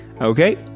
Okay